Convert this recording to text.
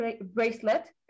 bracelet